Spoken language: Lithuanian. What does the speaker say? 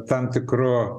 tam tikru